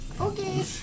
Okay